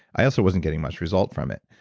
i also wasn't getting much result from it.